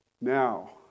Now